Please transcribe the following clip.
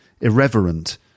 irreverent